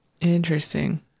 Interesting